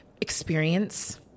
experience